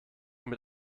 mit